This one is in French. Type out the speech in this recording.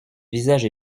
visage